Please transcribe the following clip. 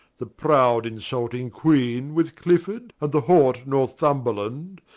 the proud insulting queene, with clifford, and the haught northumberland,